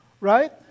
Right